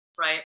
right